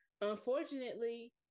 unfortunately